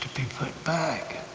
be put back.